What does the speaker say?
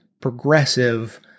progressive